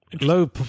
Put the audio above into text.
low